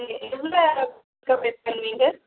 சரி எந்த நீங்கள்